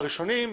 הימים הראשונים,